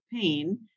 pain